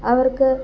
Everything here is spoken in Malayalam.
അവർക്ക്